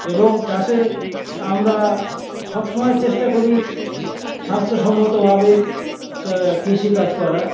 এবং চাষে আমরা সবসময় চেষ্টা করি স্বাস্থ্যসম্মতভাবে কৃষিকাজ করার